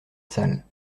salle